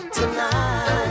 tonight